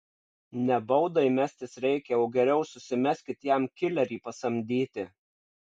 ne baudai mestis reikia o geriau susimeskit jam kilerį pasamdyti